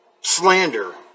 slander